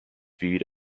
viewed